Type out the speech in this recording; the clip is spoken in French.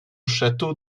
château